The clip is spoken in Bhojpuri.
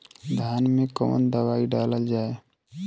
धान मे कवन दवाई डालल जाए?